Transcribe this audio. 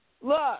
Look